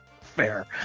Fair